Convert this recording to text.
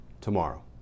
tomorrow